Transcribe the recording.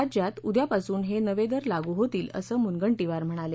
राज्यात उद्या पासून हे नवे दर लागू होतील असं मनुगंटीवार म्हणाले